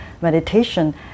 meditation